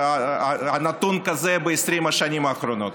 נתון כזה ב-20 השנים האחרונות.